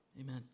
Amen